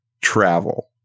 travel